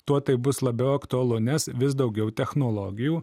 tuo tai bus labiau aktualu nes vis daugiau technologijų